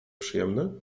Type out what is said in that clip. przyjemny